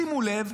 שימו לב,